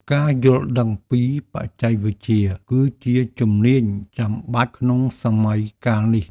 ការយល់ដឹងពីបច្ចេកវិទ្យា គឺជាជំនាញចាំបាច់ក្នុងសម័យកាលនេះ។